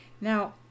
Now